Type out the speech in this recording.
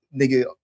nigga